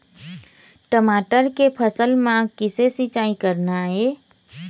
टमाटर के फसल म किसे सिचाई करना ये?